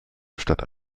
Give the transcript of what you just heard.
statt